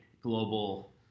global